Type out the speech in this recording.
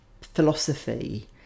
philosophy